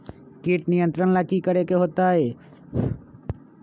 किट नियंत्रण ला कि करे के होतइ?